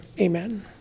amen